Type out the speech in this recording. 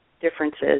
differences